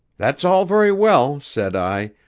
that's all very well said i,